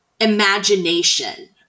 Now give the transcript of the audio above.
imagination